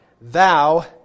Thou